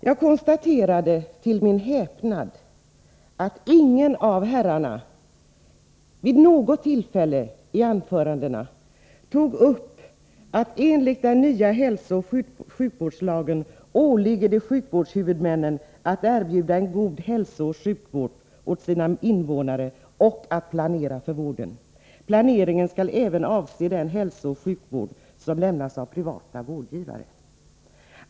Jag konstaterade till min häpnad att ingen av herrarna vid något tillfälle i anförandena tog upp att det enligt den nya hälsooch sjukvårdslagen åligger sjukvårdshuvudmännen att erbjuda en god hälsooch sjukvård åt sina invånare och att planera för vården. Planeringen skall även avse den hälsooch sjukvård som lämnas av privata vårdgivare.